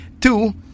Two